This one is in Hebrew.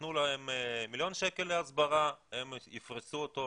ייתנו להם מיליון שקל להסברה הם יפרסו אותו,